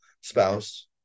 spouse